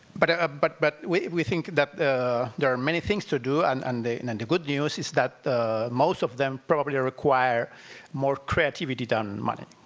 but ah but but we we think that there are many things to do, and and the and and good news is that the most of them probably require more creativity than money.